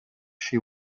she